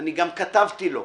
גם כתבתי לו,